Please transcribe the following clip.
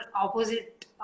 opposite